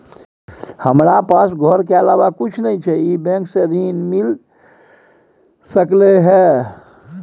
हमरा पास घर के अलावा कुछ नय छै ई बैंक स ऋण मिल सकलउ हैं?